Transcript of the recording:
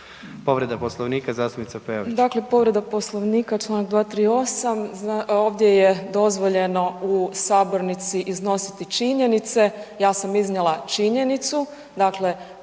povreda Poslovnika zastupnica Peović.